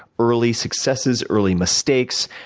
early successes, early mistakes,